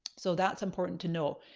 so that's important to know.